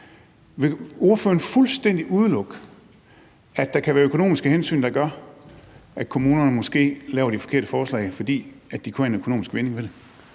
Vil ordføreren fuldstændig udelukke, at der kan være økonomiske hensyn, der gør, at kommunerne måske laver de forkerte forslag, fordi de kunne have en økonomisk vinding ved det?